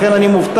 לכן אני מופתע,